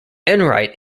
enright